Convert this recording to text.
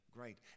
great